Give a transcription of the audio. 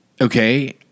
okay